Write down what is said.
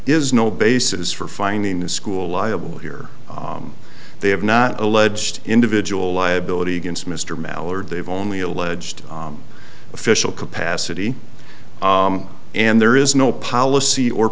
is no basis for finding the school liable here they have not alleged individual liability against mr mallard they've only alleged official capacity and there is no policy or